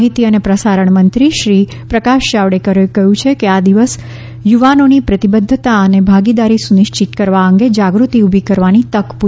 માહિતી અને પ્રસારણ મંત્રી શ્રી પ્રકાશ જાવડેકરે કહ્યું છે કે આ દિવસ યુવાનોની પ્રતિબધ્ધતા અને ભાગીદારી સુનિશ્ચિત કરવા અંગે જાગૃતિ ઊભી કરવાની તક પૂરી પાડશે